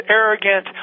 arrogant